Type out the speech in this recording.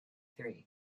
three